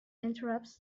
interrupts